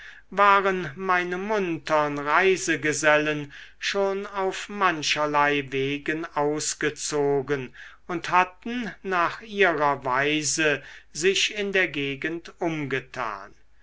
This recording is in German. waren meine muntern reisegesellen schon auf mancherlei wegen ausgezogen und hatten nach ihrer weise sich in der gegend umgetan